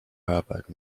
herbert